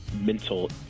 mental